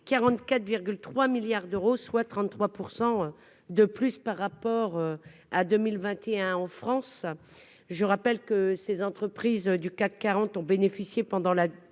44 3 milliards d'euros, soit 33 % de plus par rapport à 2021 en France, je rappelle que ces entreprises du CAC 40 ont bénéficié pendant la